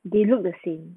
they look the same